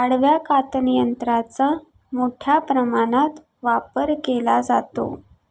आडव्या कातनयंत्राचा मोठ्या प्रमाणात वापर केला जातो